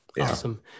Awesome